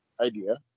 idea